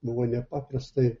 buvo nepaprastai